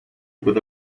with